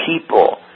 people